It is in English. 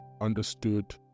understood